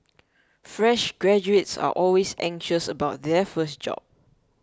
fresh graduates are always anxious about their first job